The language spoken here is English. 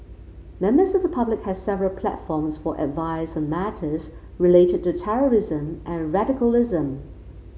members of the public have several platforms for advice on matters related to terrorism and radicalism